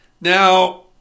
Now